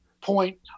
point